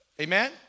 Amen